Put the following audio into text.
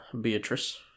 Beatrice